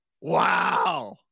Wow